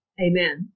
Amen